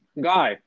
Guy